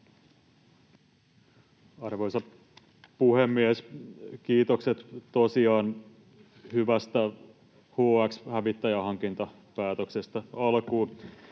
Arvoisa puhemies! Kiitokset alkuun tosiaan hyvästä HX-hävittäjähankintapäätöksestä.